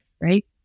right